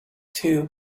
too